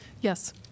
Yes